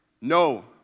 no